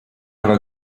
aga